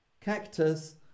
cactus